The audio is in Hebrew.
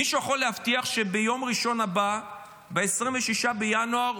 מישהו יכול להבטיח שביום ראשון הבא, ב-26 בינואר,